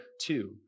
two